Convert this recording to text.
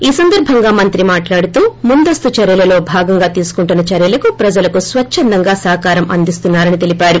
ఈ సందర్బంగా మంత్రి మాట్లాడుతూ ముందస్తు చర్యలలో భాగంగా తీసుకుంటున్న చర్యలకు ప్రజలకు స్వఛ్చందంగా సహకారం అందిస్తున్నారని తెలిపారు